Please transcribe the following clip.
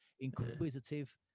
inquisitive